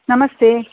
नमस्ते